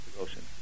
ocean